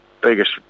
biggest